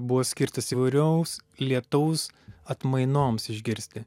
buvo skirtas įvairiaus lietaus atmainoms išgirsti